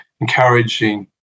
encouraging